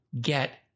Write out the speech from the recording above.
get